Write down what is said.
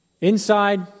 Inside